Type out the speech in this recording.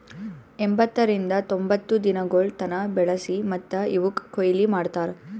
ಎಂಬತ್ತರಿಂದ ತೊಂಬತ್ತು ದಿನಗೊಳ್ ತನ ಬೆಳಸಿ ಮತ್ತ ಇವುಕ್ ಕೊಯ್ಲಿ ಮಾಡ್ತಾರ್